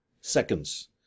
seconds